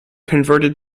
converted